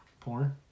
Porn